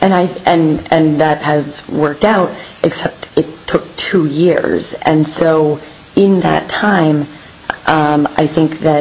and i and that has worked out except it took two years and so in that time i think that